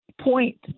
point